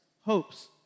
hopes